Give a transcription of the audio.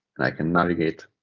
and i can navigate